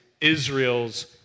Israel's